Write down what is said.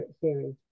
series